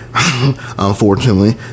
Unfortunately